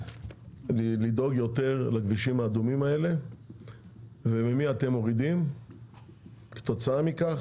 לדאוג יותר לכבישים האדומים האלה וממי אתם מורידים כתוצאה מכך.